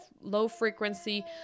low-frequency